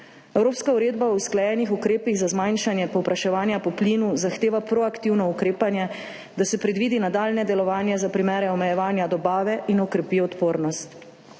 Evropska uredba o usklajenih ukrepih za zmanjšanje povpraševanja po plinu zahteva proaktivno ukrepanje, da se predvidi nadaljnje delovanje za primere omejevanja dobave in okrepi odpornost